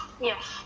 yes